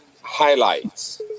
highlights